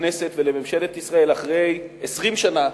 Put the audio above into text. לכנסת ולממשלת ישראל אחרי 20 שנה,